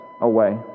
away